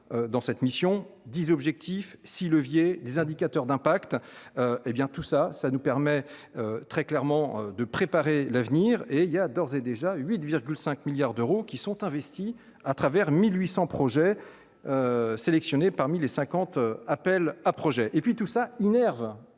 dans cette mission 10 objectifs 6 levier des indicateurs d'impact, hé bien tout ça, ça nous permet très clairement de préparer l'avenir et il y a d'ores et déjà 8,5 milliards d'euros qui sont investis à travers 1800 projets sélectionnés parmi les 50 appels à projets et puis tout ça innerve